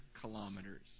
kilometers